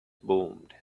boomed